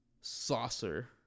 saucer